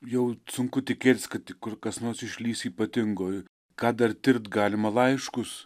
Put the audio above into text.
jau sunku tikėtis kad kur kas nors išlįs ypatingo ką dar tirt galima laiškus